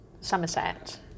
Somerset